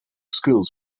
schools